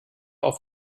auf